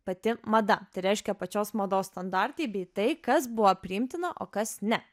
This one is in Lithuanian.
pati mada tai reiškia pačios mados standartai bei tai kas buvo priimtina o kas ne